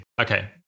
Okay